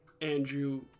Andrew